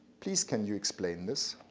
please can you explain this?